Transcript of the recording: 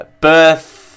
birth